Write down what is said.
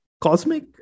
cosmic